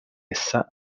essa